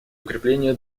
укрепление